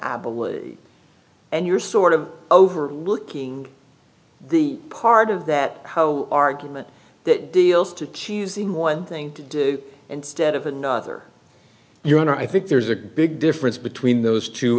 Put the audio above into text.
believe and you're sort of overlooking the part of that how argument that deals to choosing one thing to do instead of another your honor i think there's a big difference between those two